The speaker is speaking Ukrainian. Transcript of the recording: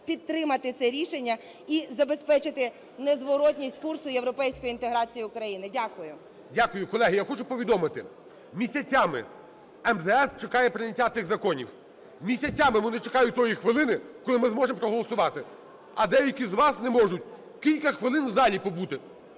підтримати це рішення і забезпечити незворотність курсу європейської інтеграції України. Дякую. ГОЛОВУЮЧИЙ. Дякую. Колеги, я хочу повідомити: місяцями МЗС чекає прийняття цих законів. Місяцями вони чекають тої хвилини, коли ми зможемо проголосувати, а деякі з вас не можуть кілька хвилин у залі побути